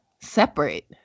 separate